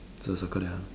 so circle that one